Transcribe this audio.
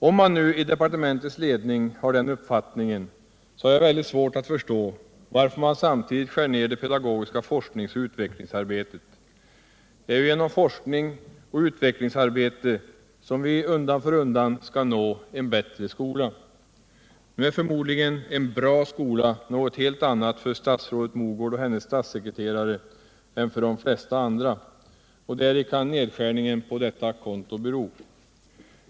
Om man nu i departementets ledning har den uppfattningen, så har jag väldigt svårt att förstå, varför man samtidigt skär ned det pedagogiska forskningsoch utvecklingsarbetet. Det är ju genom forskning och utvecklingsarbete som vi undan för undan skall nå en bättre skola. Nu är förmodligen en bra skola något helt annat för statsrådet Mogård och hennes statssekreterare än för de flesta andra, och därpå kan nedskärningen på detta konto bero.